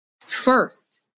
first